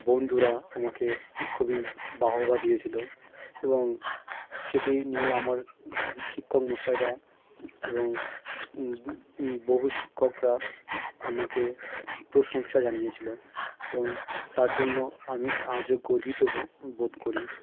বন্ধুরা আমাকে খুবই বাহবা দিয়েছিলো এবং সেটি নিয়ে আমার শিক্ষক মশাইরা এবং বহু শিক্ষকরা আমাকে প্রশংসা জানিয়েছিল এবং তার জন্য আমি আজও গর্বিত বোধ করি